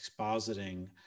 expositing